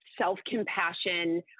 self-compassion